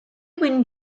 wyn